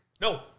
no